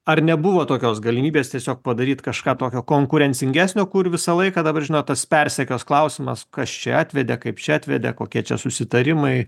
ar nebuvo tokios galimybės tiesiog padaryt kažką tokio konkurencingesnio kur visą laiką dabar žinot tas persekios klausimas kas čia atvedė kaip čia atvedė kokie čia susitarimai